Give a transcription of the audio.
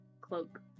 cloak